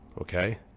okay